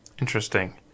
Interesting